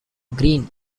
green